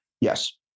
yes